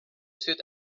sit